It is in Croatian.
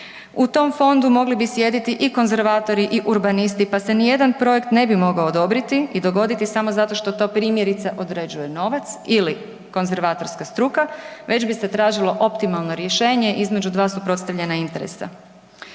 U tom fondu mogli bi sjediti i konzervatori i urbanisti pa se nijedan projekt ne bi mogao odobriti i dogoditi samo zato što to primjerice, određuje novac ili konzervatorska struka već bis e tražilo optimalno rješenje između dva suprotstavljena interesa.